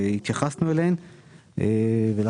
חלק